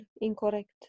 incorrect